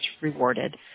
rewarded